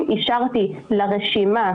אל תסבירי, אני רוצה מספרים.